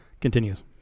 continues